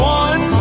one